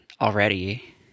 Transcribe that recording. already